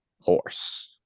horse